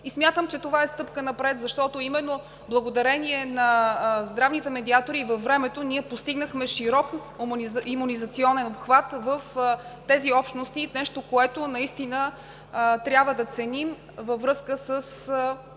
Смятам, че това е стъпка напред, защото във времето, именно благодарение на здравните медиатори, ние постигнахме широк имунизационен обхват в тези общности – нещо, което наистина трябва да ценим във връзка с